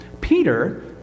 Peter